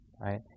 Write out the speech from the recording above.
right